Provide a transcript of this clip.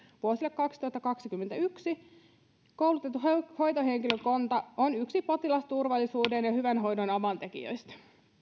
vuosille kaksituhattakaksikymmentäyksi viiva kaksituhattakaksikymmentäneljä koulutettu hoitohenkilökunta on yksi potilasturvallisuuden ja hyvän hoidon avaintekijöistä